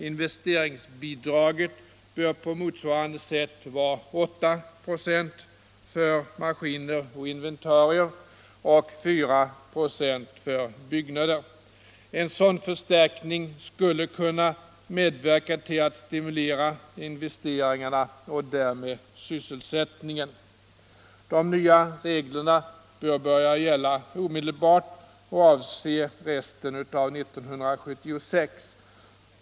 Investeringsbidraget bör på motsvarande sätt vara 8 ", för maskiner och inventarier samt 4 ". för byggnader. En sådan förstärkning skulle medverka till att stimulera investeringarna och därmed sysselsättningen. De nya reglerna bör gälla omedelbart och avse resten av 1976.